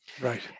Right